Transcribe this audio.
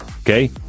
Okay